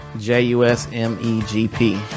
J-U-S-M-E-G-P